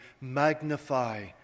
magnify